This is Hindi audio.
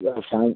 शांत